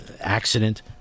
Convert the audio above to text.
accident